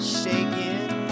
shaking